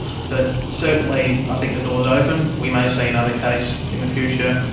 but certainly i think the door is open. we may see another case in the future,